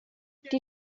die